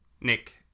Nick